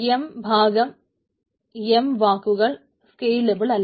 n ഭാഗം m വാക്കുകൾ scalable അല്ല